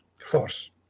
force